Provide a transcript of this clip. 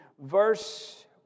Verse